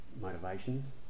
motivations